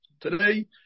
Today